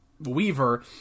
weaver